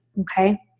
okay